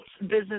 business